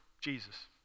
Jesus